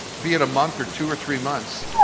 be it a month or two or three months,